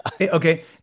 Okay